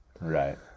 right